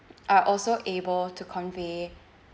are also able to convey